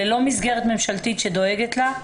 ללא מסגרת ממשלתית שדואגת לה?